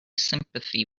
sympathy